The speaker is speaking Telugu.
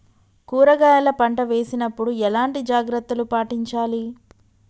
కూరగాయల పంట వేసినప్పుడు ఎలాంటి జాగ్రత్తలు పాటించాలి?